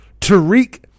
Tariq